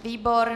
Výbor?